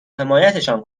حمایتشان